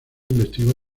investigó